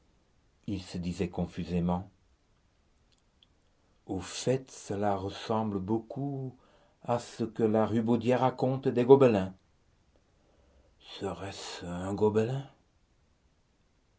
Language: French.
il se disait confusément au fait cela ressemble beaucoup à ce que la rubaudière raconte des gobelins serait-ce un gobelin